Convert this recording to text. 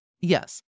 Yes